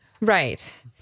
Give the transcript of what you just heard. right